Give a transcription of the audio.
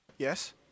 Yes